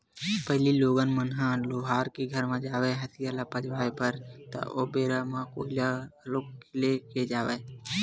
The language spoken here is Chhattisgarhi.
पहिली लोगन मन ह लोहार के घर म जावय हँसिया ल पचवाए बर ता ओ बेरा म कोइला घलोक ले के जावय